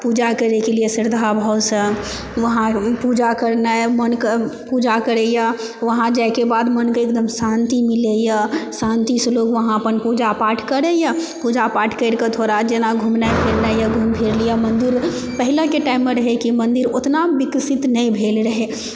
पूजा करएके लिये श्रद्धा भावसंँ वहाँ पूजा करनाइ मनके पूजा करैए वहाँ जाइके बाद मनके एकदम शान्ति मिलैए शांतिसंँ लोग वहाँ अपन पूजा पाठ करैए पूजा पाठ करिके थोड़ा जेना घुमनाइ फिरनाइ यऽ घुमि फिर लिअऽ मंदिर पहिलेके टाइममे रहए कि मन्दिर ओतना विकसित नहि भेल रहए